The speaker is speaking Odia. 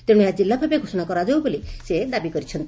ତେଣୁ ଏହା ଜିଲ୍ଲ ଭାବେ ଘୋଷଣା କରାଯାଉ ବୋଲି ସେ ଦାବି କରିଛନ୍ତି